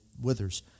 withers